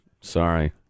Sorry